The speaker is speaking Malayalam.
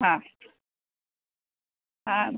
ആ ആണ്